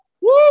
Woo